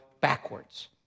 backwards